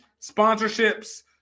sponsorships